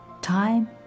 Time